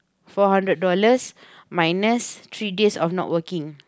four hundred dollars minus three days of not working